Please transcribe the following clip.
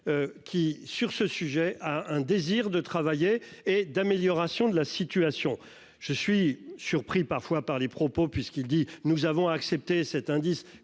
Qui sur ce sujet à un désir de travailler et d'amélioration de la situation. Je suis surpris parfois par les propos puisqu'il dit, nous avons accepté cet indice